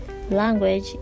Language